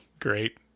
Great